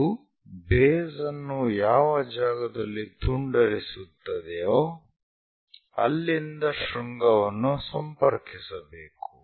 ಅದು ಬೇಸ್ ಅನ್ನು ಯಾವ ಜಾಗದಲ್ಲಿ ತುಂಡರಿಸುತ್ತದೆಯೋ ಅಲ್ಲಿಂದ ಶೃಂಗವನ್ನು ಸಂಪರ್ಕಿಸಬೇಕು